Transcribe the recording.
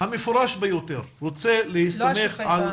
המפורש ביותר רוצה להסתמך על